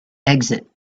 exit